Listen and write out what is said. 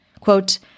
Quote